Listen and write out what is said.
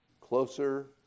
closer